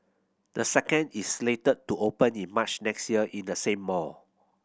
the second is slated to open in March next year in the same mall